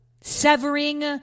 Severing